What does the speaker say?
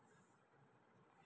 आमीरसाठी life insurance दाखवा